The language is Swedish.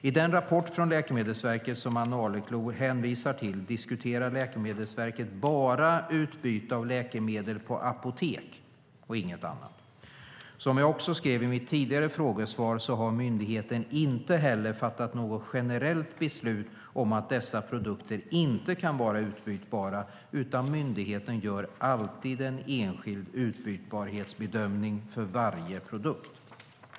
I den rapport från Läkemedelsverket som Ann Arleklo hänvisar till diskuterar Läkemedelsverket bara utbyte av läkemedel på apotek och inget annat. Som jag också skrev i mitt tidigare frågesvar har myndigheten inte heller fattat något generellt beslut om att dessa produkter inte kan vara utbytbara, utan myndigheten gör alltid en enskild utbytbarhetsbedömning för varje produkt.